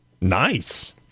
Nice